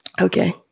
Okay